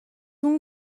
اون